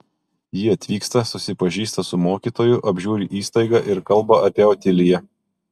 ji atvyksta susipažįsta su mokytoju apžiūri įstaigą ir kalba apie otiliją